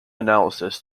analysis